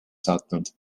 saatnud